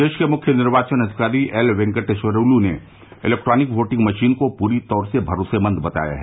प्रदेश के मुख्य निर्वाचन अधिकारी एल वेंकटेश्वर लू ने इलेक्ट्रानिक वोटिंग मशीन को पूरी तौर से भरोसेमंद बताया है